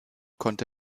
konnte